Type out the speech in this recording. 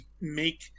make